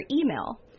email